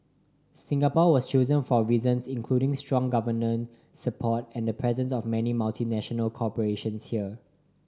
Singapore was chosen for reasons including strong government support and the presence of many multinational corporations here